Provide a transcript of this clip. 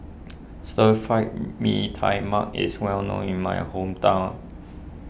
Stir Fried Mee Tai Mak is well known in my hometown